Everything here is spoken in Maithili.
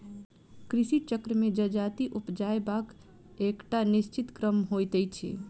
कृषि चक्र मे जजाति उपजयबाक एकटा निश्चित क्रम होइत छै